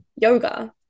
yoga